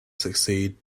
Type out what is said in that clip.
succeed